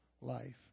life